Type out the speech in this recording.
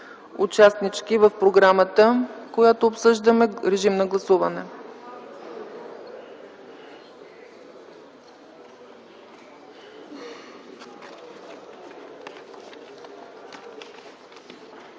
участнички в програмата, която обсъждаме. Моля, гласувайте.